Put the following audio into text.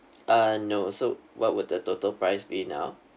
uh no so what would the total price be now